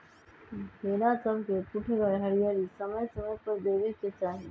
भेड़ा सभके पुठगर हरियरी समय समय पर देबेके चाहि